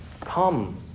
come